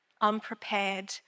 unprepared